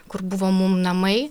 kur buvo mum namai